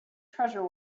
treasure